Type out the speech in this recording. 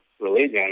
religion